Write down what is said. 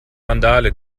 randale